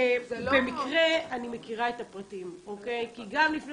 במקרה אני מכירה את הפרטים כי גם לפני